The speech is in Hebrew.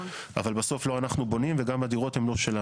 אבל בסוף לא אנחנו בונים וגם הדירות הן לא שלנו.